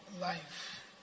life